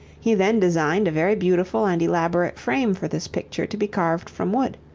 he then designed a very beautiful and elaborate frame for this picture to be carved from wood.